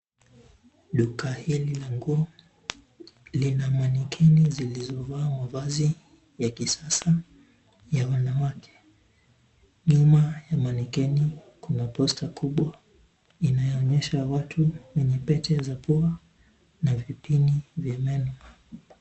Duka hili la nguo lina manekini zilizovaa mavazi ya kisasa ya wanawake. Nyuma ya manekini kuna posta kubwa inayoonyesha watu wenye pete za pua na vipini vya meno.